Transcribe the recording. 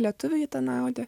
lietuvių ji ten audė